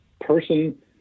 person